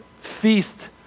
feast